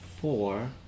four